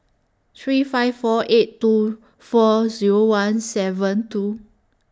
three five four eight two four Zero one seven two